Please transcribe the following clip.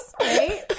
right